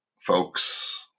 folks